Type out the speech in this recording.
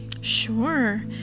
Sure